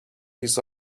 his